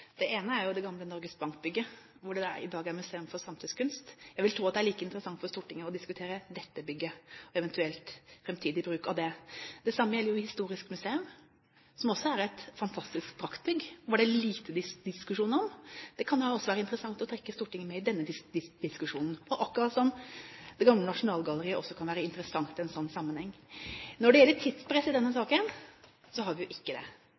Det ene er jo det gamle Norges Bank-bygget hvor Museet for samtidskunst er i dag. Jeg vil tro at det er like interessant for Stortinget å diskutere dette bygget, eventuelt framtidig bruk av det. Det samme gjelder Historisk museum, som også er et fantastisk praktbygg og liten diskusjon om. Det kan også være interessant å trekke Stortinget med i denne diskusjonen, akkurat som at det gamle Nasjonalgalleriet også kan være interessant i en sånn sammenheng. Når det gjelder tidspress i denne saken, har vi ikke det.